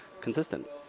consistent